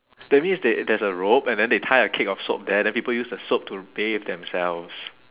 that means they there's a rope and then they tie a cake of soap there then people use the soap to bathe themselves